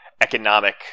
economic